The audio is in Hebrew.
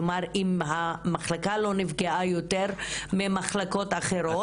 כלומר, אם המחלקה לא נפגעה יותר ממחלקות אחרות.